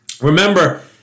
remember